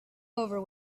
over